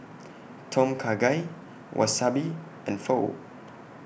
Tom Kha Gai Wasabi and Pho